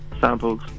samples